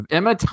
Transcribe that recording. Emma